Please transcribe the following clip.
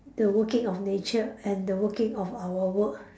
the working of nature and the working of our work